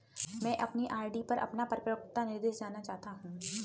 मैं अपनी आर.डी पर अपना परिपक्वता निर्देश जानना चाहता हूँ